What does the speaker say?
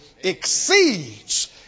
exceeds